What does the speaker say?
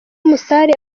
musare